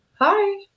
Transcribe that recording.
Hi